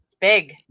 big